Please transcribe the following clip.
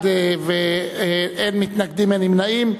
אין מתנגדים, אין נמנעים.